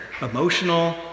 emotional